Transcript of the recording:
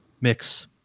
mix